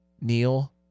Neil